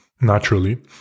naturally